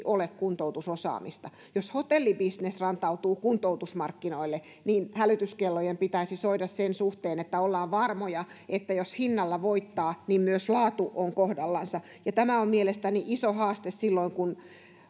ole kuntoutusosaamista jos hotellibisnes rantautuu kuntoutusmarkkinoille niin hälytyskellojen pitäisi soida sen suhteen että ollaan varmoja että jos hinnalla voittaa niin myös laatu on kohdallansa tämä on mielestäni iso haaste silloin kun